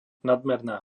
nadmerná